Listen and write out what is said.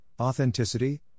Authenticity